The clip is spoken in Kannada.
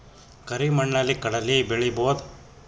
ಕರಿ ಮಣ್ಣಲಿ ಕಡಲಿ ಬೆಳಿ ಬೋದ?